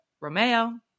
Romeo